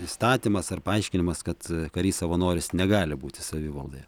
įstatymas ar paaiškinimas kad karys savanoris negali būti savivaldoje